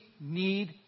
need